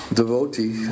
devotee